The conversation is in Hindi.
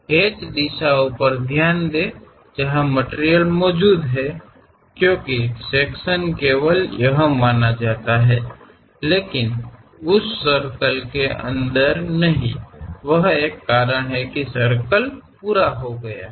हैच दिशाओं पर ध्यान दें जहां मटिरियल मौजूद है क्योंकि सेक्शन केवल यहां माना जाता है लेकिन उस सर्कल के अंदर नहीं वह एक कारण हैं की सर्कल पूरा हो गया है